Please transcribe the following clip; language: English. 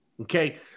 okay